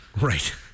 Right